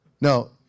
No